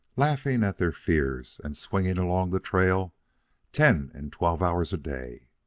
laughing at their fears, and swinging along the trail ten and twelve hours a day.